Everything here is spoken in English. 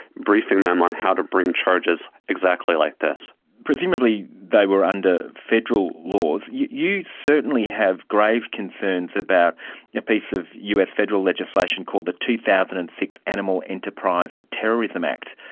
briefing them on how to bring charges exactly like this. presumably they were under federal laws. you you certainly have grave concerns about a piece of us federal legislation called the two thousand and six animal enterprise terrorism act.